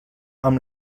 amb